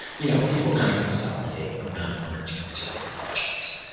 you know people kind of consolidate around one or two particular projects.